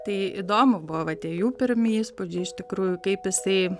tai įdomu buvo va tie jų pirmi įspūdžiai iš tikrųjų kaip jisai